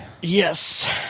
yes